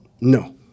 No